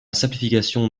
simplification